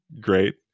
great